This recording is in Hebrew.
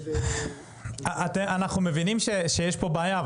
אנחנו מבינים שיש פה בעיה.